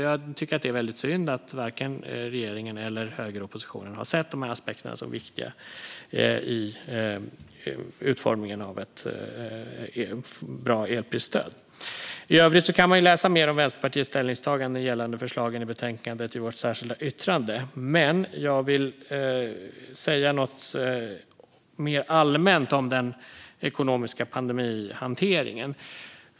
Jag tycker att det är väldigt synd att varken regeringen eller högeroppositionen har sett de här aspekterna som viktiga i utformningen av ett bra elprisstöd. I övrigt kan man läsa mer om Vänsterpartiets ställningstaganden gällande förslaget i betänkandet i vårt särskilda yttrande. Jag vill också säga något mer allmänt om den ekonomiska pandemihanteringen.